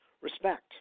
respect